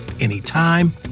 anytime